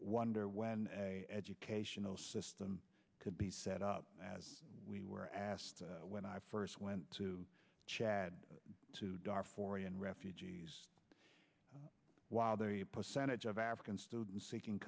wonder when educational system could be set up as we were asked when i first went to chad to dar for un refugees while the percentage of african students seeking